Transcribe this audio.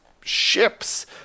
ships